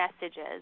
messages